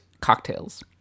cocktails